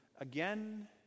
again